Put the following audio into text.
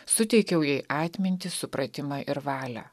suteikiau jai atmintį supratimą ir valią